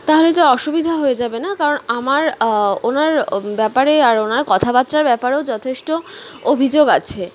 তাহলে তো অসুবিধা হয়ে যাবে না কারণ আমার ওনার ব্যাপারে আর ওনার কথাবার্তার ব্যাপারেও যথেষ্ট অভিযোগ আছে